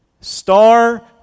star